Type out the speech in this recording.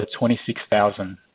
$26,000